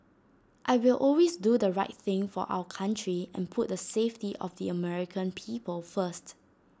I will always do the right thing for our country and put the safety of the American people first